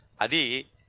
Adi